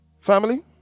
Family